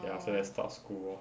then after that start school